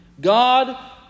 God